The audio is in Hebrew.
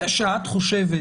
זה שאת חושבת